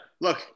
look